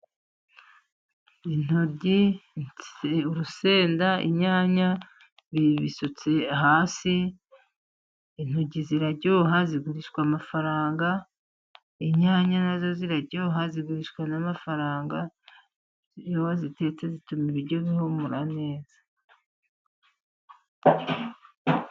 Intoryi, urusenda, inyanya bibisutse hasi. Intoryi ziraryoha zigurishwa amafaranga, inyanya nazo ziraryoha zigurishwa n'amafaranga, iyo wazitetse zituma ibiryo bihumura neza.